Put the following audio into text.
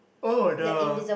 oh the